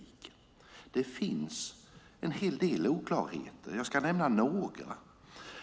Det finns en del oklarheter, och jag ska nämna några.